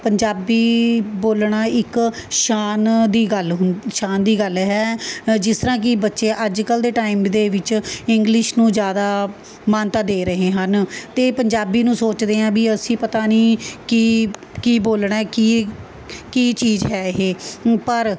ਪੰਜਾਬੀ ਬੋਲਣਾ ਇੱਕ ਸ਼ਾਨ ਦੀ ਗੱਲ ਹੁੰ ਸ਼ਾਨ ਦੀ ਗੱਲ ਹੈ ਜਿਸ ਤਰ੍ਹਾਂ ਕਿ ਬੱਚੇ ਅੱਜ ਕੱਲ੍ਹ ਦੇ ਟਾਈਮ ਦੇ ਵਿੱਚ ਇੰਗਲਿਸ਼ ਨੂੰ ਜ਼ਿਆਦਾ ਮਾਨਤਾ ਦੇ ਰਹੇ ਹਨ ਅਤੇ ਪੰਜਾਬੀ ਨੂੰ ਸੋਚਦੇ ਆ ਵੀ ਅਸੀਂ ਪਤਾ ਨਹੀਂ ਕੀ ਕੀ ਬੋਲਣਾ ਕੀ ਕੀ ਚੀਜ਼ ਹੈ ਇਹ ਪਰ